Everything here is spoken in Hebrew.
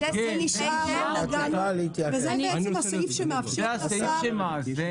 בדבר הפעולות שעליו לנקוט." זה הסעיף שמאפשר לשר --- זה הסעיף שמאזן.